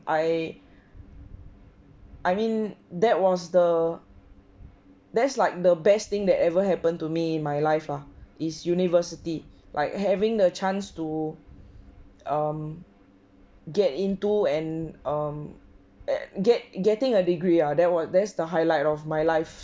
I I mean that was the that's like the best thing that ever happen to me in my life lah is university like having the chance to um get into and um at get getting a degree ah that was there's the highlight of my life